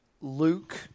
Luke